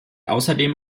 außerdem